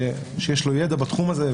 שיש לו ידע בתחום הזה,